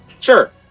Sure